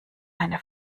eine